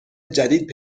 جدید